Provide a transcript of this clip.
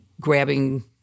grabbing